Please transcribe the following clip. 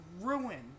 ruin